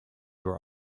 were